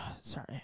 sorry